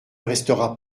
restera